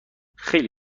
خیلی